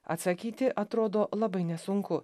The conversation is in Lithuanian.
atsakyti atrodo labai nesunku